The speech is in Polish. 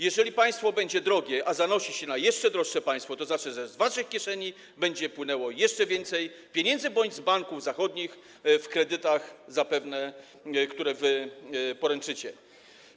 Jeżeli państwo będzie drogie, a zanosi się na jeszcze droższe państwo, to znaczy, że z waszych kieszeni będzie płynęło jeszcze więcej pieniędzy - bądź z banków zachodnich, w kredytach zapewne, które wy poręczycie.